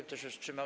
Kto się wstrzymał?